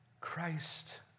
Christ